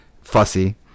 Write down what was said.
fussy